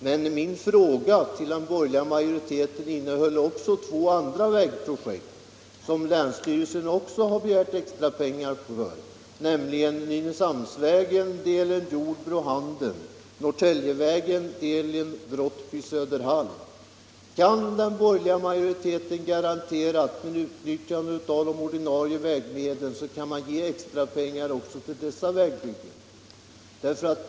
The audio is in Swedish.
Men min fråga till den borgerliga majoriteten innefattade också två andra vägprojekt, som länsstyrelsen också begärt extra pengar för, nämligen Nynäshamnsvägen, delen Jordbro-Handen, och Norrtäljevägen, delen Brottby-Söderhall. Kan den borgerliga majoriteten garantera att man kan ge extra pengar också till dessa vägbyggen vid utnyttjande av de ordinarie vägmedlen?